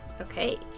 Okay